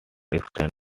extended